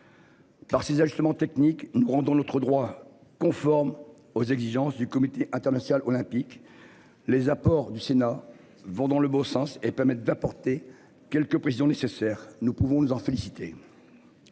Par ces ajustements techniques, nous rendons notre droit conforme aux exigences du comité international olympique. Les apports du Sénat vont dans le bon sens et permettent d'apporter quelques précisions nécessaires, nous pouvons nous en féliciter.